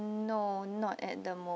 no not at the moment